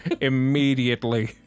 Immediately